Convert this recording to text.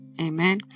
Amen